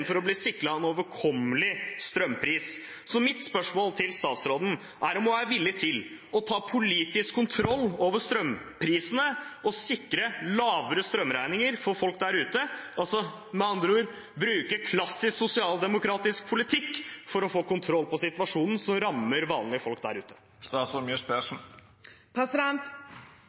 bli sikret en overkommelig strømpris. Mitt spørsmål til statsråden er om hun er villig til å ta politisk kontroll over strømprisene og sikre lavere strømregninger for folk der ute – med andre ord bruke klassisk sosialdemokratisk politikk for å få kontroll på situasjonen som rammer vanlige folk.